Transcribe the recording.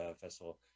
Festival